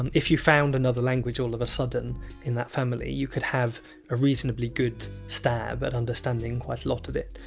and if you found another language all of a sudden in that family, you could have a reasonably good stab at understanding quite a lot of it.